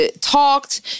talked